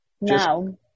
No